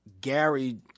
Gary